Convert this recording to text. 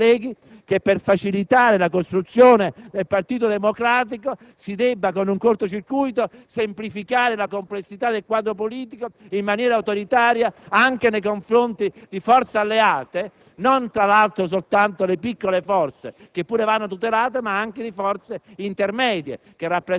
può pensare, colleghe e colleghi, che per facilitare la costruzione del Partito democratico si debba, con un corto circuito, semplificare la complessità del quadro politico in maniera autoritaria nei confronti non soltanto di piccole forze alleate, che pure vanno tutelate, ma anche di forze intermedie